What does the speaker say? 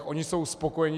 Oni jsou spokojeni.